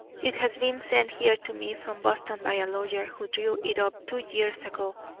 it has been sent here to me from boston by a lawyer who drew it up two years ago.